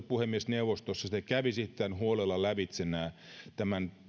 puhemiesneuvostossa te kävisitte huolella lävitse tämän